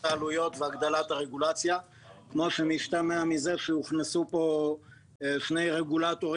גם כאן המעבדות האלה מוסמכות על פי רוב על פי שני תקנים,